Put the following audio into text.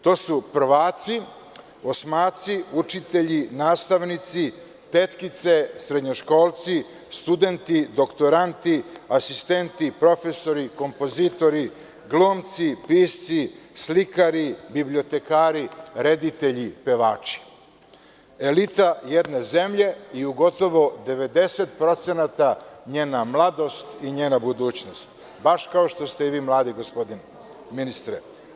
To su prvaci, osmaci, učitelji, nastavnici, tetkice, srednjoškolci, doktoranti, asistenti, profesori, kompozitori, glumci, pisci, slikari, bibliotekari, reditelji, pevači, elita jedne zemlje i u gotovo 90% njena mladost i njena budućnost, baš kao što ste i vi mladi, gospodine ministre.